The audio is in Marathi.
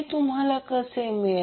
तुम्हाला कसे मिळाले